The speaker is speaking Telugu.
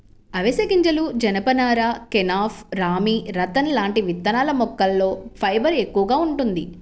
అవిశె గింజలు, జనపనార, కెనాఫ్, రామీ, రతన్ లాంటి విత్తనాల మొక్కల్లో ఫైబర్ ఎక్కువగా వుంటది